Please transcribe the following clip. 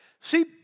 See